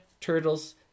turtles